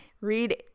read